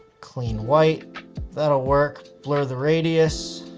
clean white that'll work. blur the radius.